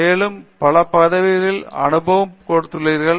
மேலும் பல பதவிகளில் அனுபவம் கொண்டுள்ளீர்கள்